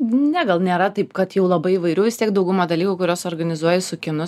ne gal nėra taip kad jau labai įvairių vis tiek dauguma dalykų kuriuos organizuoja su kinu